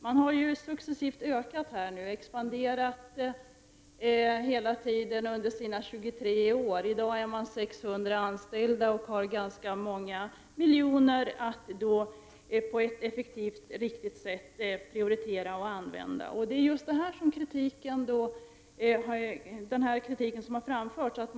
Naturvårdsverket har successivt expanderat under sina 23 år. I dag är 600 personer anställda och verket har ganska många miljoner att på ett effektivt och riktigt sätt prioritera och använda. Det är just detta den kritik som har framförts gäller.